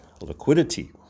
liquidity